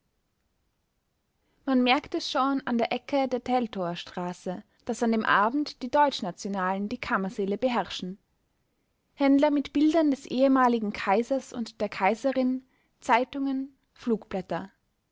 man merkt es schon an der ecke der teltower straße daß an dem abend die deutschnationalen die kammersäle beherrschen händler mit bildern des ehemaligen kaisers und der kaiserin zeitungen flugblätter